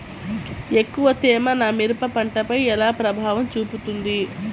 ఎక్కువ తేమ నా మిరప పంటపై ఎలా ప్రభావం చూపుతుంది?